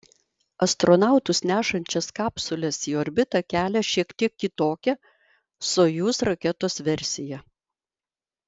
astronautus nešančias kapsules į orbitą kelia šiek tiek kitokia sojuz raketos versija